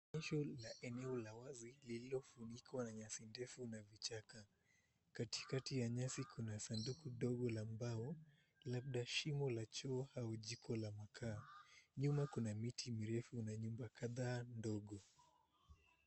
Egesho la eneo la wazi lililofunikwa na nyasi ndefu na vichaka. Katikati ya nyasi kuna sanduku dogo la mbao, labda shimo la choo au jiko la makaa. Nyuma kuna miti mirefu na nyumba kadhaa ndogo.